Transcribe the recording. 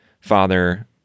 father